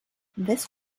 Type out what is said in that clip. this